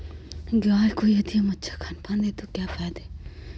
गाय को यदि हम अच्छा खानपान दें तो क्या फायदे हैं?